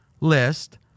list